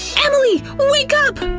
emily! wake up!